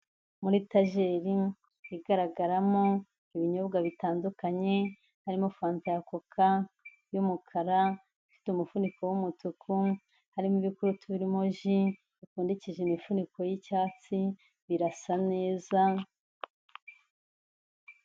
Muri etajeri, igaragaramo ibinyobwa bitandukanye, harimo fanta ya koka y'umukara, ifite umufuniko w'umutuku, harimo ibikurutu birimo ji, bipfundikije imifuniko y'icyatsi birasa neza.